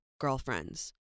girlfriends